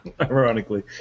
ironically